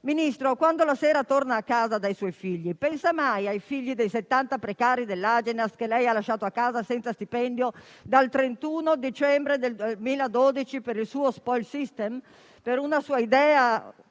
Ministro, quando la sera torna a casa dai suoi figli, pensa mai ai figli dei 70 precari dell'Agenas che lei ha lasciato a casa senza stipendio dal 31 dicembre per il suo *spoil system*, per una sua idea